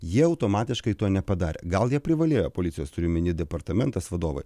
jie automatiškai to nepadarė gal jie privalėjo policijos turiu omeny departamentas vadovai